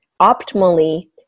optimally